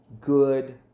good